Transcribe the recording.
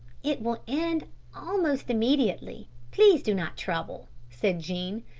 it will end almost immediately. please do not trouble, said jean,